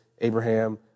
Abraham